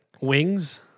wings